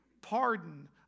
pardon